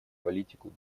политику